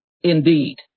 indeed